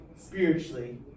spiritually